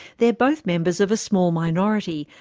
they're both members of a small minority,